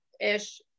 ish